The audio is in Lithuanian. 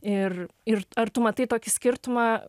ir ir ar tu matai tokį skirtumą